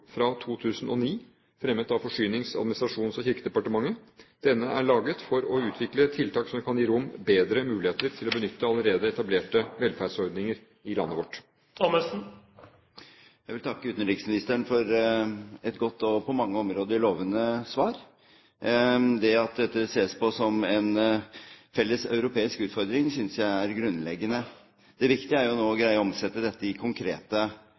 fra 2009, fremmet av Fornyings-, administrasjons- og kirkedepartementet. Denne er laget for å utvikle tiltak som kan gi romene bedre muligheter til å benytte allerede etablerte velferdsordninger i landet vårt. Jeg vil takke utenriksministeren for et godt og på mange områder lovende svar. Det at dette ses på som en felles europeisk utfordring, synes jeg er grunnleggende. Det viktige er nå å greie å omsette dette i konkrete